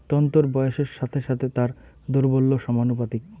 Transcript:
তন্তুর বয়সের সাথে সাথে তার দৌর্বল্য সমানুপাতিক